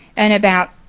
and about,